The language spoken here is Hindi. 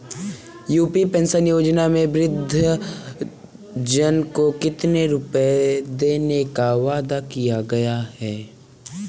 यू.पी पेंशन योजना में वृद्धजन को कितनी रूपये देने का वादा किया गया है?